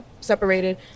separated